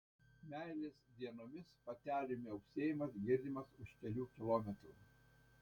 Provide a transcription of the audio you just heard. meilės dienomis patelių miauksėjimas girdimas už kelių kilometrų